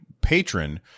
patron